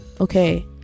okay